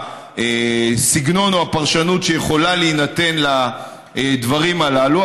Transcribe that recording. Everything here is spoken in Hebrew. הסגנון או הפרשנות שיכולה להינתן לדברים הללו,